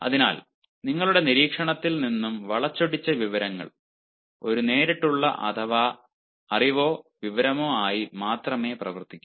അതിനാൽ നിങ്ങളുടെ നിരീക്ഷണത്തിൽ നിന്നും വളച്ചൊടിച്ച വിവരങ്ങൾ ഒരു നേരിട്ടുള്ള അറിവോ വിവരമോ ആയി മാത്രമേ പ്രവർത്തിക്കൂ